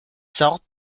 sortes